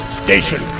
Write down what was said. station